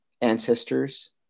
ancestors